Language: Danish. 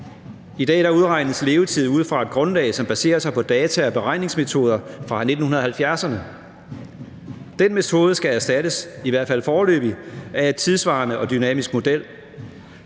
I dag udregnes levetiden ud fra et grundlag, som baserer sig på data og beregningsmetoder fra 1970'erne. Den metode skal i hvert fald foreløbig erstattes af en tidssvarende og dynamisk model,